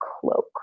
cloak